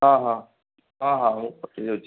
ହଁ ହଁ ହଁ ହଉ ମୁଁ ପଠେଇ ଦେଉଛି